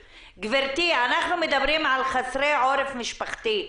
גברתי, אנחנו מדברים על חסרי עורף משפחתי.